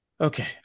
okay